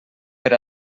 per